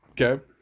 Okay